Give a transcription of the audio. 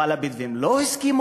אבל הבדואים לא הסכימו,